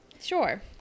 Sure